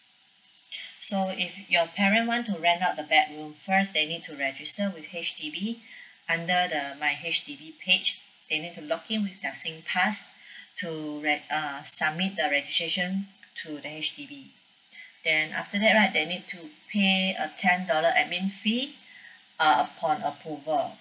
so if your parent want to rent up the bedroom first they need to register with H_D_B under the my H_D_B page they need to log in with their singpass to reg~ err submit the registration to the H_D_B then after that right they need to pay a ten dollar admin fee err upon approval